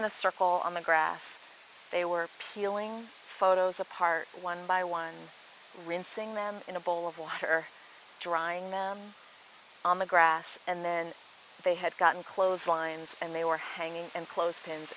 in a circle on the grass they were healing photos apart one by one rinsing them in a bowl of water drying them on the grass and then they had gotten clothes lines and they were hanging and clo